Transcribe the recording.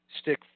stick